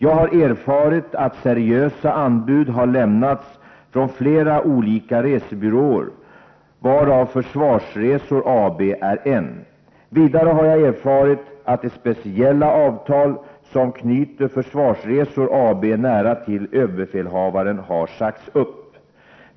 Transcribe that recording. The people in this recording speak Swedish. Jag har erfarit att seriösa anbud har lämnats från flera olika resebyråer, varav Försvarsresor AB är en. Vidare har jag erfarit att det speciella avtal som knyter Försvarsresor AB nära till överbefälhavaren har sagts upp.